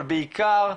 אבל בעיקר,